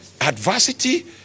Adversity